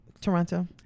Toronto